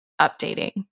updating